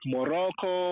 Morocco